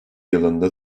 yılında